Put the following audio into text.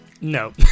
No